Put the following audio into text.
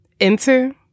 Enter